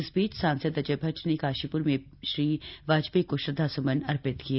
इस बीच सांसद अजय भट्ट ने काशीपुर में श्री वाजपेयी को श्रद्दासुमन अर्पित किये